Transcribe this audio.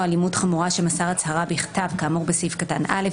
אלימות חמורה שמסר הצהרה בכתב כאמור בסעיף קטן (א),